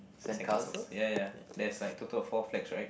sandcastles ya ya there's like total of four flags right